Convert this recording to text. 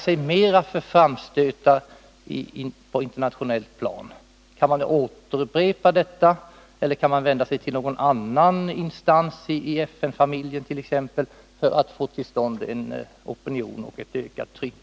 Vilka ytterligare framstötar kan man tänka sig på internationellt plan? Kan man upprepa detta, eller kan man vända sig till någon annan instans i t.ex. FN-familjen för att få till stånd en opinion och ett ökat tryck?